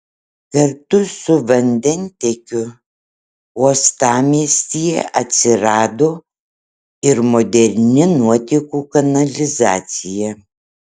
kartu su vandentiekiu uostamiestyje atsirado ir moderni nuotekų kanalizacija